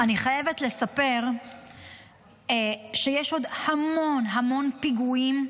אני חייבת לספר שיש עוד המון המון פיגועים,